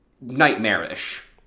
nightmarish